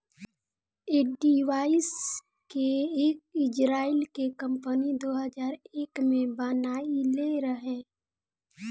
ऐ डिवाइस के एक इजराइल के कम्पनी दो हजार एक में बनाइले रहे